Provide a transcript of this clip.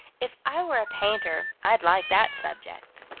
if i were a painter, i'd like that subject.